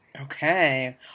Okay